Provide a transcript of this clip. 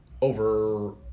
Over